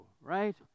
right